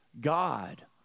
God